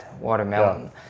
watermelon